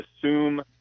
assume